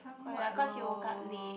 oh ya cause you woke up late